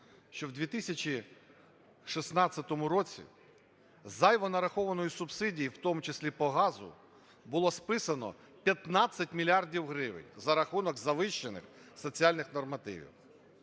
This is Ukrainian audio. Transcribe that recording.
що у 2016 році зайво нарахованої субсидії, в тому числі, по газу, було списано 15 мільярдів гривень за рахунок завищених соціальних нормативів.